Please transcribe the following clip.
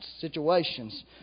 situations